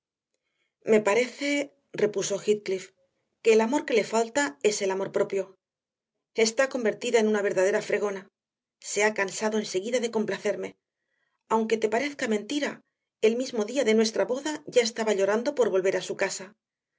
me parece repuso heathcliff que el amor que le falta es el amor propio está convertida en una verdadera fregona se ha cansado enseguida de complacerme aunque te parezca mentira el mismo día de nuestra boda ya estaba llorando por volver a su casa